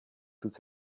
toute